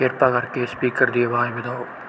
ਕਿਰਪਾ ਕਰਕੇ ਸਪੀਕਰ ਦੀ ਆਵਾਜ਼ ਵਧਾਓ